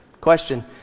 Question